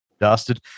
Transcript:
dusted